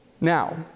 Now